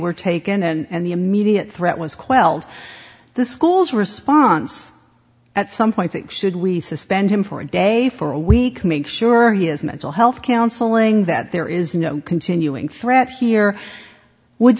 were taken and the immediate threat was quelled the school's response at some point should we suspend him for a day for a week make sure his mental health counseling that there is no continuing threat here would